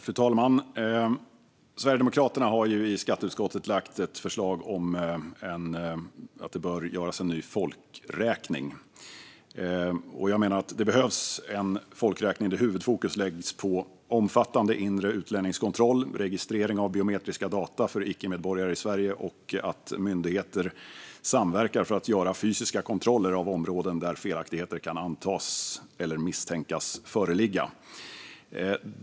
Fru talman! Sverigedemokraterna har i skatteutskottet lagt fram ett förslag om en ny folkräkning. Det behövs en folkräkning där huvudfokus läggs på omfattande inre utlänningskontroll och registrering av biometriska data för icke-medborgare i Sverige och att myndigheter samverkar för att göra fysiska kontroller av områden där felaktigheter kan misstänkas föreligga.